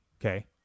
Okay